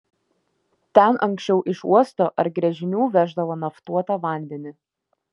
ten anksčiau iš uosto ar gręžinių veždavo naftuotą vandenį